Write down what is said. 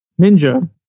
Ninja